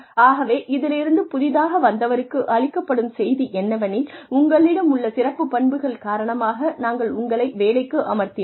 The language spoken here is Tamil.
ஆகவே இதிலிருந்து புதிதாக வந்தவருக்கு அளிக்கப்படும் செய்தி என்னவெனில் உங்களிடம் உள்ள சிறப்புப் பண்புகள் காரணமாக நாங்கள் உங்களை வேலைக்கு அமர்த்தினோம்